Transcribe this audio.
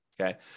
okay